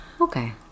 Okay